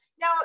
Now